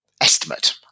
estimate